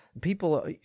people